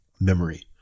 memory